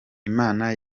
imana